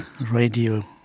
radio